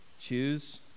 choose